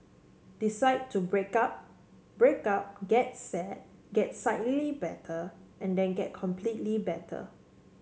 decide to break up break up get sad get slightly better and then get completely better